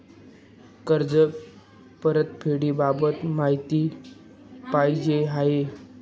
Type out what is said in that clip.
कर्ज परतफेडीबाबत माहिती पाहिजे आहे